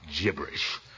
Gibberish